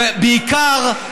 ובעיקר,